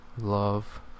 love